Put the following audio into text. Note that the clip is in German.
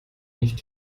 nicht